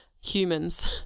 humans